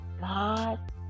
God